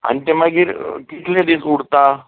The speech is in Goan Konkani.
आनी तें मागीर कितले दीस उरता